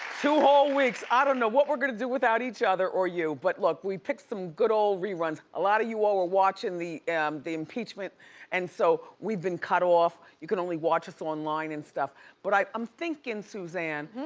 two whole weeks, i don't know what we're gonna do without each other or you. but look, we picked some good ole reruns. a lot of you all are watching the the impeachment and so, we've been cut off, you can only watch us online and stuff but i'm thinking, suzanne,